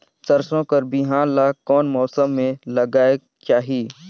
सरसो कर बिहान ला कोन मौसम मे लगायेक चाही?